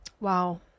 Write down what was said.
Wow